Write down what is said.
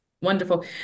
Wonderful